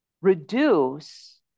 reduce